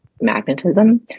magnetism